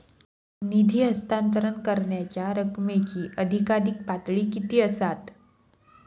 निधी हस्तांतरण करण्यांच्या रकमेची अधिकाधिक पातळी किती असात?